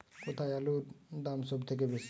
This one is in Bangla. কোথায় আলুর দাম সবথেকে বেশি?